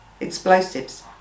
explosives